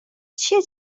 چیه